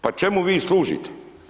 Pa čemu vi služite?